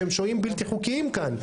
שהם שוהים בלתי חוקיים כאן.